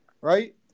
Right